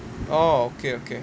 orh okay okay